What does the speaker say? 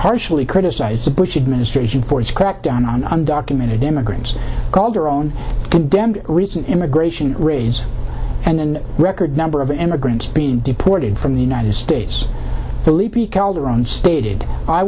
harshly criticized the bush administration for its crackdown on undocumented immigrants called their own condemned recent immigration raids and record number of immigrants being deported from the united states